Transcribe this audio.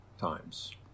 times